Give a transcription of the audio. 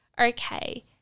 okay